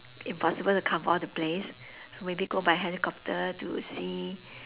impossible to cover all the place so maybe go by helicopter to see